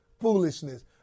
foolishness